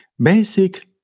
basic